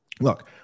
look